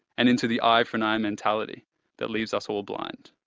and into the eye-for-an-eye mentality that leaves us all blind.